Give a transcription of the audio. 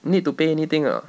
need to pay anything or